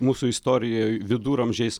mūsų istorijoj viduramžiais